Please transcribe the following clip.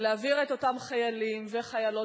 להעביר את אותם חיילים וחיילות.